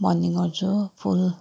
भन्ने गर्छु हो फुल